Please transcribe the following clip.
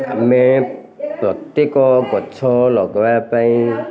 ଆମେ ପ୍ରତ୍ୟେକ ଗଛ ଲଗେଇବା ପାଇଁ